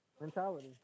Mentality